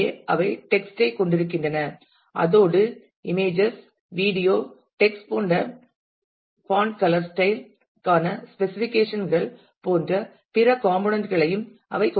எனவே அவை டெக்ஸ்ட் ஐ கொண்டிருக்கின்றன அதோடு இமேஜஸ் வீடியோ டெக்ஸ்ட் போன்ற பாண்ட் கலர் ஸ்டைல் க்கான ஸ்பெசிஃபிகேஷன் கள் போன்ற பிற கம்போனன்ட் களையும் அவை கொண்டிருக்கலாம்